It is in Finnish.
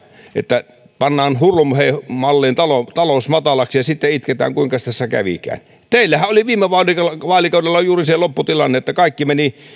että pannaan hurlumhei malliin talous matalaksi ja sitten itketään että kuinkas tässä kävikään teillähän oli viime vaalikaudella vaalikaudella juuri se lopputilanne että kaikki meni